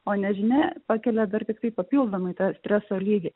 o nežinią pakelia dar tiktai papildomai tą streso lygį